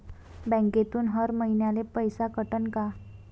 बँकेतून हर महिन्याले पैसा कटन का?